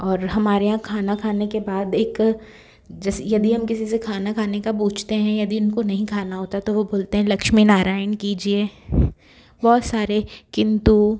और हमारे यहाँ खाना खाने के बाद एक जैसे यदि हम किसी से खाना खाने का पूछते हैं यदि इनको नहीं खाना होता है तो वह बोलते हैं लक्ष्मी नारायण कीजिए बहुत सारे किन्तु